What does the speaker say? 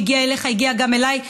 שהגיעה אליך והגיעה גם אליי,